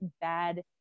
bad